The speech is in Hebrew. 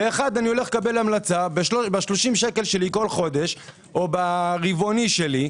לאחד אני הולך לקבל המלצה ב-30 שקל שלי כל חודש או ברבעוני שלי,